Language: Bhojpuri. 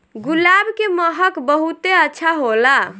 गुलाब के महक बहुते अच्छा होला